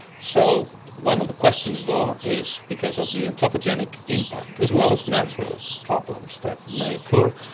so one of the questions though is because of the anthropogenic impact as well as natural problems that may occur,